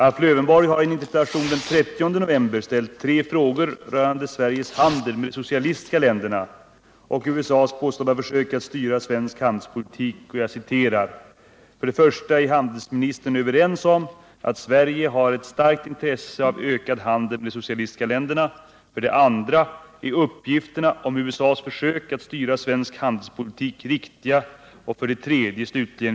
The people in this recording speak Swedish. Alf Lövenborg har i en interpellation den 30 november ställt tre frågor rörande Sveriges handel med de socialistiska länderna och USA:s påstådda försök att styra svensk handelspolitik: 1. Är handelsministern överens med mig om att Sverige har ett starkt intresse av ökad handel med de socialistiska länderna? 2. Är uppgifterna om USA:s försök att styra svensk handelspolitik riktiga? 3.